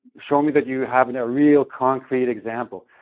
show me that you have and a real concrete example.